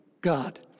God